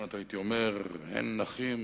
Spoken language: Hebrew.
כמעט הייתי אומר: אין נכים,